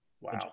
Wow